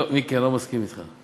לא, מיקי, אני לא מסכים אתך.